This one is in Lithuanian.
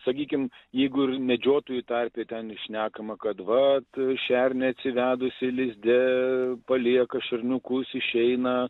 sakykim jeigu ir medžiotojų tarpe ten šnekama kad vat šernė atsivedusi lizde palieka šerniukus išeina